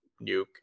Nuke